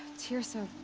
teersa.